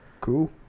Cool